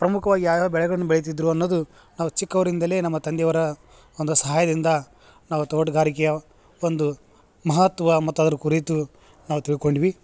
ಪ್ರಮುಖವಾಗಿ ಯಾವ್ಯಾವ ಬೆಳೆಗಳನ್ನ ಬೆಳಿತಿದ್ದರು ಅನ್ನೋದು ನಾವು ಚಿಕ್ಕವರಿಂದಲೇ ನಮ್ಮ ತಂದೆಯವರ ಒಂದು ಸಹಾಯದಿಂದ ನಾವು ತೋಟಗಾರಿಕೆಯ ಒಂದು ಮಹತ್ವ ಮತ್ತೆ ಅದ್ರ ಕುರಿತು ನಾವು ತಿಳ್ಕೊಂಡ್ವಿ